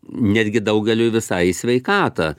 netgi daugeliui visai į sveikatą